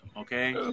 Okay